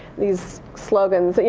these slogans.